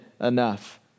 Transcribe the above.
enough